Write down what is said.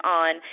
on